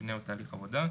מבנה או תהליך עבודה,